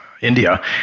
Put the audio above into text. India